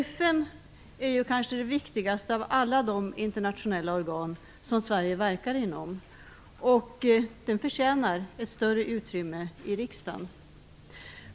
FN är kanske det viktigaste av alla de internationella organ som Sverige verkar inom och förtjänar ett större utrymme i riksdagen.